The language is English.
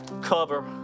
Cover